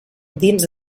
dins